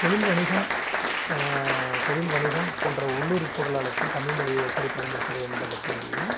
தொழில்வணிகம் தொழில்வணிகம் போன்ற உள்ளூர் பொருளாதாரத்தில் தமிழ் மொழியை எப்படி பயன்படுத்திகிறேன் என்பது கேள்வியில்